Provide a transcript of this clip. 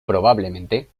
probablemente